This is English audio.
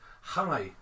hi